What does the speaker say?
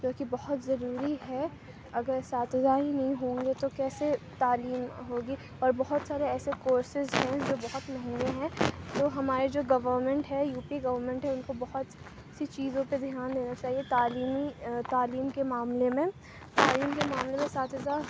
جو کہ بہت ضروری ہے اگر اساتذہ ہی نہیں ہوں گے تو کیسے تعلیم ہوگی اور بہت سارے ایسے کورسیز ہیں جو بہت مہنگے ہیں جو ہمارے جو گورنمٹ ہے یو پی گورنمٹ ہے ان کو بہت سی چیزوں پہ دھیان دینا چاہیے تعلیمی تعلیم کے معاملے میں تعلیم کے معاملے میں اساتذہ